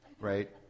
Right